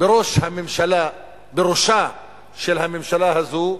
בראשה של הממשלה הזאת,